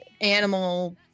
animal